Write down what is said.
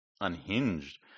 unhinged